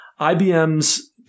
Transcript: IBM's